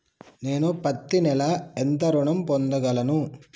నేను పత్తి నెల ఎంత ఋణం పొందగలను?